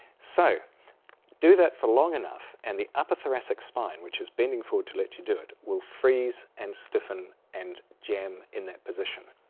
so do that for long enough and the upper thoracic spine which is bending forward to let you do it will freeze and stiffen and jam in that position.